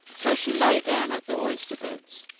so she lay down at the oyster beds.